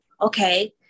okay